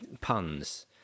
puns